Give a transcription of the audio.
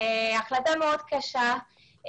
ההחלטה מאוד קשה.